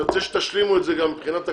אני רוצה שתשלימו את זה גם מבחינת הכללים.